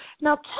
Now